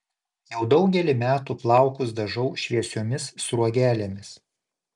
jau daugelį metų plaukus dažau šviesiomis sruogelėmis